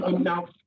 Now